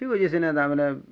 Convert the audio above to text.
ତୁ ଯେ ସିନେ ତା ମାନେ